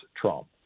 Trump